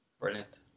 brilliant